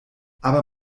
aber